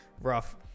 rough